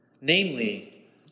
namely